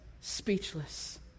speechless